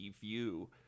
view